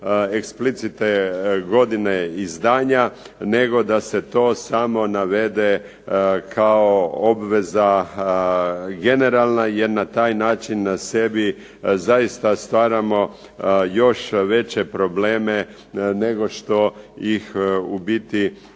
eksplicitne godine izdanja nego da se to samo navede kao obveza generalna jer na taj način sebi zaista stvaramo još veće probleme nego što ih u biti